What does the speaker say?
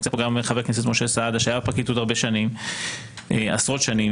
נמצא פה גם חבר הכנסת משה סעדה שהיה בפרקליטות עשרות שנים